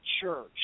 church